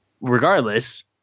regardless